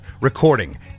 recording